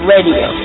Radio